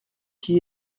qui